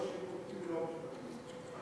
לא שיפוטי ולא משפטי,